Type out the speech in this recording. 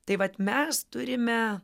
tai vat mes turime